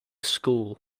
school